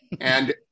and-